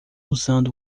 usando